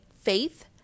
faith